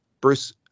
Bruce